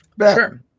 Sure